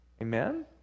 Amen